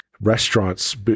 restaurants